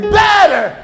better